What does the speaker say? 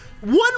One